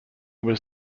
was